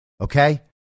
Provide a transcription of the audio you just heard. Okay